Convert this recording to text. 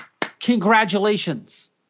Congratulations